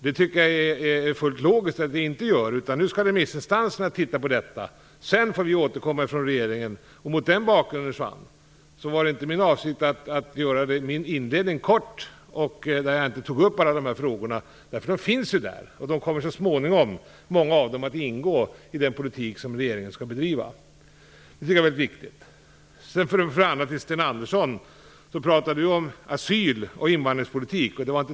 Nu skall remissinstanserna titta på förslagen. Sedan får vi återkomma från regeringen. Juan Fonseca! Min avsikt var inte att göra inledningen kort, när jag inte tog upp alla dessa frågor. De finns ju i kommittén, och många av dem kommer så småningom att ingå i den politik som regeringen skall bedriva. Det är viktigt. Sten Andersson talar om asyl och invandringspolitik.